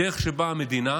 הדרך שבה המדינה